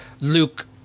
Luke